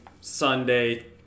Sunday